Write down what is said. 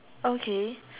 okay